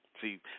See